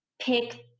pick